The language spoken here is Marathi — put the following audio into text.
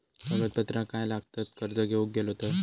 कागदपत्रा काय लागतत कर्ज घेऊक गेलो तर?